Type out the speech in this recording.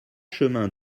chemin